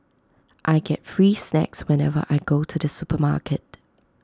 I get free snacks whenever I go to the supermarket